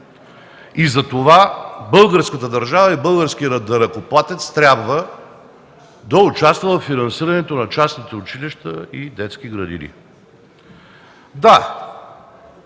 и затова българската държава и българският данъкоплатец трябва да участва във финансирането на частните училища и детски градини.